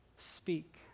speak